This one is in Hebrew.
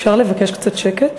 אפשר לבקש קצת שקט?